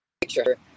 picture